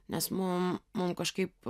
nes mum mum kažkaip